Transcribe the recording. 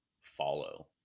follow